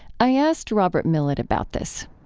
i asked robert millet about this